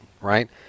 right